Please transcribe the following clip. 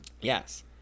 yes